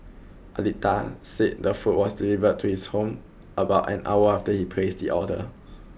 Aditya said the food was delivered to his home about an hour after he placed the order